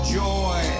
joy